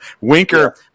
Winker